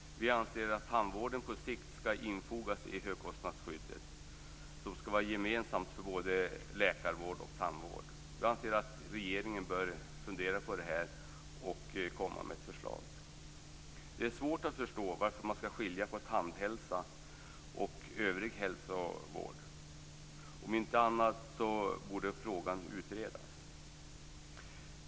Vi anser att tandvården på sikt skall infogas i högkostnadsskyddet, som skall vara gemensamt för både läkarvård och tandvård. Vi anser att regeringen bör fundera på detta och komma med ett förslag. Det är svårt att förstå varför man skall skilja på tandhälsa och övrig hälsovård. Om inte annat borde frågan utredas.